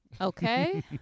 Okay